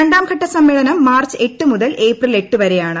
രണ്ടാം ഘട്ട സമ്മേള്ന്റ് മാർച്ച് എട്ട് മുതൽ ഏപ്രിൽ എട്ട് വരെയാണ്